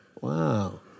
Wow